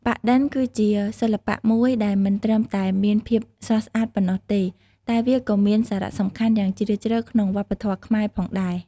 ប៉ាក់-ឌិន គឺជាសិល្បៈមួយដែលមិនត្រឹមតែមានភាពស្រស់ស្អាតប៉ុណ្ណោះទេ តែវាក៏មានសារៈសំខាន់យ៉ាងជ្រាលជ្រៅក្នុងវប្បធម៌ខ្មែរផងដែរ។